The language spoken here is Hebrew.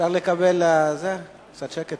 אפשר לקבל קצת שקט?